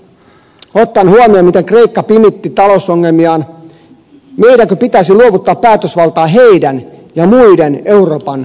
ottaen huomioon miten kreikka pimitti talousongelmiaan meidänkö pitäisi luovuttaa päätösvaltaa heidän ja muiden euroopan maiden käsiin